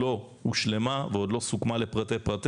תוכנית התחבורה בכללותה עוד לא הושלמה ועוד לא סוכמה לפרטי פרטיה,